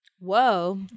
Whoa